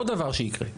עוד דבר שיקרה.